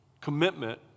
commitment